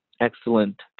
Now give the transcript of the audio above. excellent